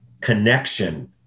connection